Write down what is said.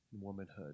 womanhood